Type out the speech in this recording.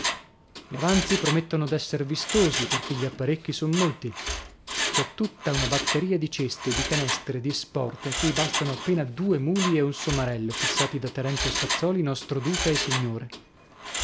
gli avanzi promettono d'esser vistosi perchè gli apparecchi son molti c'è tutta una batteria di ceste di canestri di sporte a cui bastano appena due muli e un somarello fissati da terenzio spazzòli nostro duca e signore